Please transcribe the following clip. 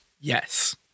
Yes